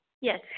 Yes